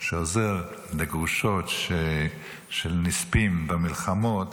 שעוזר לגרושות של נספים במלחמות,